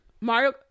Mario